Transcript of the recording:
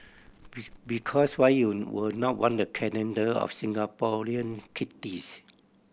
be because why you would not want a calendar of Singaporean kitties